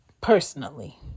personally